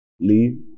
Leave